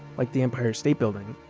like the empire state building